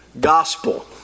gospel